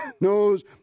knows